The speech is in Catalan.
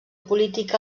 polític